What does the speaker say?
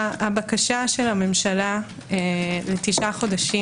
- הבקשה של הממשלה לתשעה חודשים